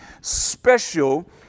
special